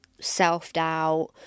self-doubt